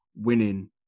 winning